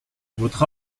votre